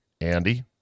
Andy